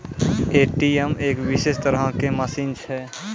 ATM एक विशेष तरहो के मशीन छै